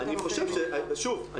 שוב,